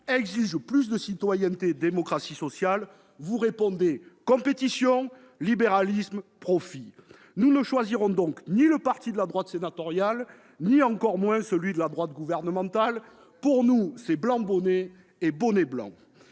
exige plus de citoyenneté et de démocratie sociale, vous répondez « compétition, libéralisme, profit. » Nous ne choisirons donc ni le parti de la droite sénatoriale ni celui de la droite gouvernementale. Pour nous, c'est blanc bonnet et bonnet blanc